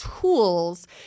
tools